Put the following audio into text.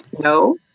No